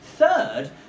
Third